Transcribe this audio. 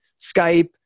Skype